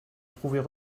trouver